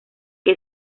que